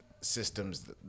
systems